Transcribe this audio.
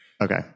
Okay